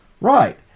Right